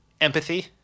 empathy